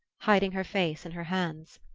hiding her face in her hands.